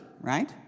Right